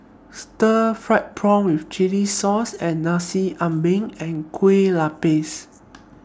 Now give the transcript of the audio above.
Stir Fried Prawn with Chili Sauce and Nasi Ambeng and Kuih Lopes